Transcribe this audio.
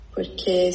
Porque